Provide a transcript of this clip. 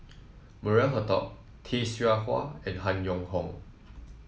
Maria Hertogh Tay Seow Huah and Han Yong Hong